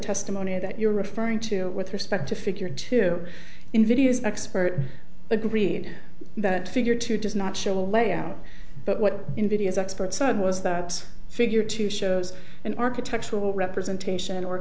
testimony that you're referring to with respect to figure two invidious expert agreed that figure two does not show a layout but what nvidia's experts said was that figure two shows an architectural representation or